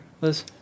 Liz